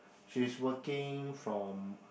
she's working from